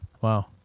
Wow